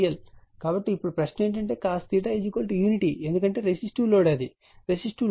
కాబట్టి ఇప్పుడు ప్రశ్న ఏమిటంటే cos యూనిటీ ఎందుకంటే రెసిస్టివ్ లోడ్ అది రెసిస్టీవ్ లోడ్